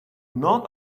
not